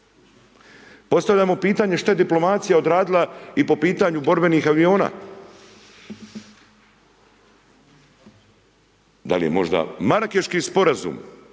Postavljamo pitanje što je diplomacija odradila i po pitanju borbenih aviona? Da li je možda Marakeski sporazum